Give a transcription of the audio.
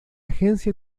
agencia